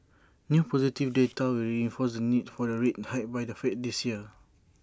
new positive data will reinforce the need for A rate hike by the fed this year